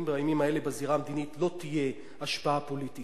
בימים האלה בזירה המדינית לא תהיה השפעה פוליטית.